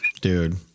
Dude